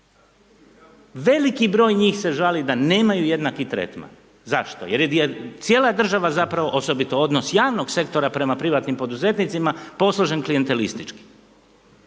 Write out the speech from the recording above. Veliki broj njih se žali da nemaju jednaki tretman. Zašto? Jer je cijela država zapravo osobito javnog sektora prema privatnim poduzetnicima, posložen klijentelistički